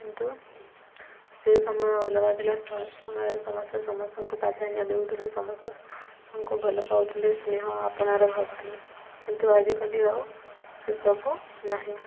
କିନ୍ତୁ ସେ ସମୟ ଅଲଗା ଥିଲା ସମୟରେ ସମସ୍ତେ ସମସ୍ତଙ୍କୁ ପ୍ରଧାନ୍ୟ ଦେଉଥିଲେ ସମସ୍ତଙ୍କୁ ଭଲ ପାଉଥିଲେ ସ୍ନେହ ଆପଣାରେ ଭାବୁଥିଲେ କିନ୍ତୁ ଆଜିକାଲି ଆଉ ସେସବୁ ନାହିଁ